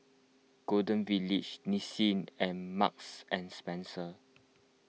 Golden Village Nissin and Marks and Spencer